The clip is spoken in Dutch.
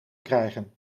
krijgen